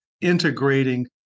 integrating